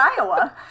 Iowa